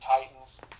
Titans